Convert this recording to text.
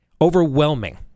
overwhelming